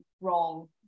wrong